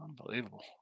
Unbelievable